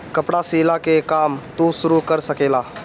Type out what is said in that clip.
कपड़ा सियला के काम तू शुरू कर सकेला